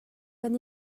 kan